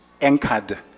anchored